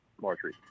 marjorie